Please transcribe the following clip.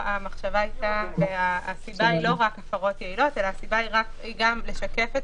במוסד חינוך הסיבה היא לא רק הפרות יעילות אלא גם סיבה לשקף את